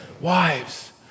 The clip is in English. wives